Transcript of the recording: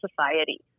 society